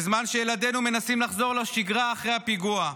בזמן שילדינו מנסים לחזור לשגרה אחרי הפיגוע,